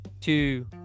two